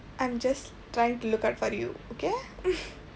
I'm just trying to look at for you okay